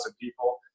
people